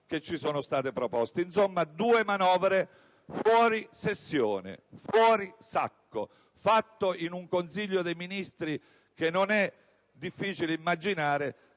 che ci sono state proposte. Insomma, due manovre fuori sessione, fuori sacco, fatte in un Consiglio dei ministri - non è difficile immaginare